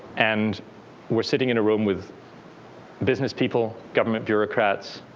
and we're sitting in a room with business people, government bureaucrats,